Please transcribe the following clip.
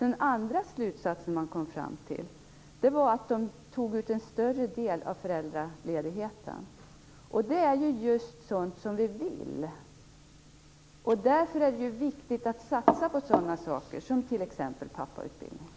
En annan slutsats var att papporna tog ut en större del av föräldraledigheten, och det är ju just det vi vill. Därför är det viktigt att satsa på sådant som t.ex. pappautbildning.